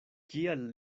kial